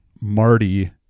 marty